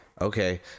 okay